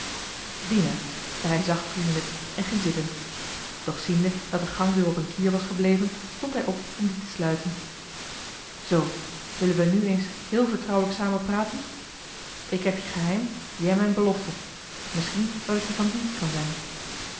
dina zei hij zacht vriendelijk en ging zitten doch ziende dat de gangdeur op een kier was gelaten stond hij op om die te sluiten z willen wij nu eens heel vertrouwelijk samen praten ik heb je geheim jij mijn belofte misschien dat ik je van dienst kan zijn